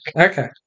Okay